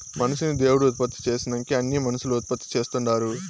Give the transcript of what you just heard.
మనిషిని దేవుడు ఉత్పత్తి చేసినంకే అన్నీ మనుసులు ఉత్పత్తి చేస్తుండారు